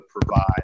provide